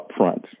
upfront